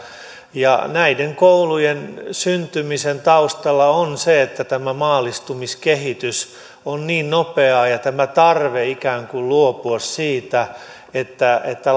näiden koulujen syntymisen taustalla on se että tämä maallistumiskehitys on niin nopeaa ja tämä tarve ikään kuin luopua siitä että että